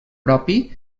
propi